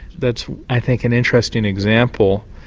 that's, i think, an interesting example.